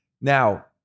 Now